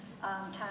time